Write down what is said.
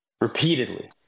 repeatedly